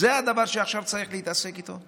זה הדבר שעכשיו צריך להתעסק איתו?